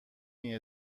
این